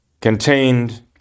contained